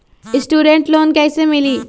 Student loan कैसे मिली?